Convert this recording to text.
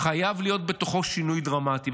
חייב להיות בתוכו שינוי דרמטי.